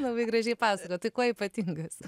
labai gražiai pasakojot tai kuo ypatingas